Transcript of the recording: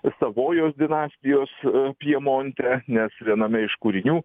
savojos dinastijos pjemonte nes viename iš kūrinių